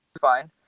Fine